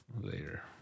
Later